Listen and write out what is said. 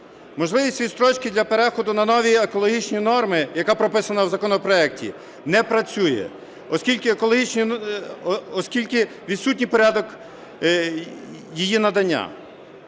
Можливість відстрочки для переходу на нові екологічні норми, яка прописана в законопроекті, не працює, оскільки відсутній порядок її надання.